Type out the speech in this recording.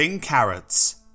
Carrots